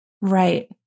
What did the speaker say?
Right